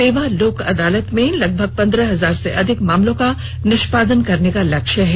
सेवा लोक अदालत में लगभग पंद्रह हजार से अधिक मामलों का निष्पादन करने का लक्ष्य रखा गया है